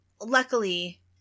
Luckily